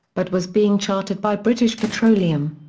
but was being chartered by british petroleum.